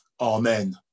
Amen